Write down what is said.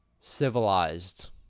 civilized